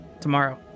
Tomorrow